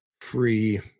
free